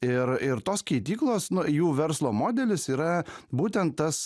ir ir tos keityklos na jų verslo modelis yra būtent tas